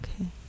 Okay